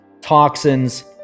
toxins